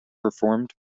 performed